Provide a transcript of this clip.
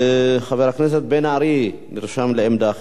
חבר הכנסת בן-ארי נרשם לעמדה אחרת,